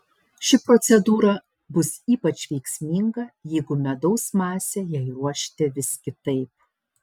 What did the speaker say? ši procedūra bus ypač veiksminga jeigu medaus masę jai ruošite vis kitaip